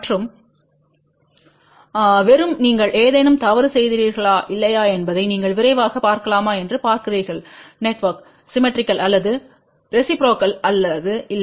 மற்றும் வெறும் நீங்கள் ஏதேனும் தவறு செய்திருக்கிறீர்களா இல்லையா என்பதை நீங்கள் விரைவாகப் பார்க்கலாமா என்று பார்க்கிறீர்கள் நெட்வொர்க் சிம்மெட்ரிக்கல் அல்லது ரெசிப்ரோக்கல் அல்லது இல்லை